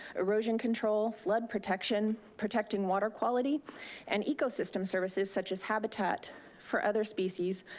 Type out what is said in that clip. erosion control, flood protection protecting water quality and ecosystem services such as habitat for other species,